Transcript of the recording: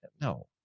No